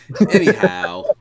anyhow